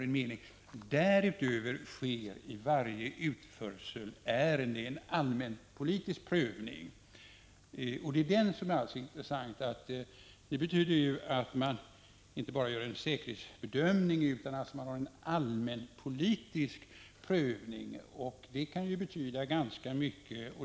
Därutöver sker i varje utförselärende en allmänpolitisk prövning.” Det är denna prövning som är intressant. Man gör inte bara en säkerhetsbedömning utan också en allmänpolitisk prövning. Och det kan betyda ganska mycket.